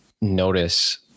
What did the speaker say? notice